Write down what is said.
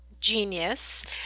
genius